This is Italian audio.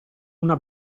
una